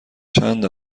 چند